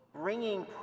Bringing